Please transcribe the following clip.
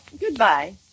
Goodbye